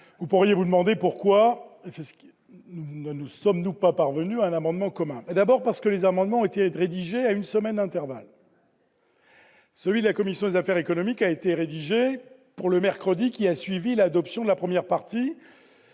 Vous pourriez vous demander pourquoi nous ne sommes pas parvenus à un amendement commun. Tout d'abord, les amendements ont été rédigés à une semaine d'intervalle. Celui de la commission des affaires économiques a été rédigé pour le mercredi suivant l'examen de la première partie